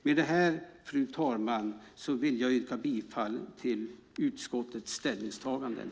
Med detta, fru talman, yrkar jag bifall till utskottets ställningstaganden.